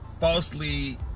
falsely